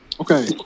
okay